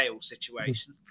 situation